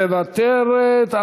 מוותרת,